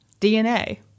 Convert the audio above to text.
DNA